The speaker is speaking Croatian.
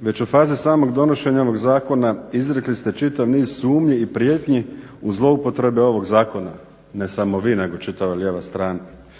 Već u fazi samog donošenja ovog zakon izrekli ste čitav niz sumnji i prijetnji u zloupotrebe ovog zakona, ne samo vi nego čitava lijeva strana,